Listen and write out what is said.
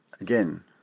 Again